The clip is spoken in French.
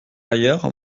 ailleurs